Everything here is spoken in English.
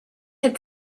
had